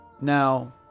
Now